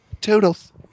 Toodles